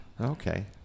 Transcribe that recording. Okay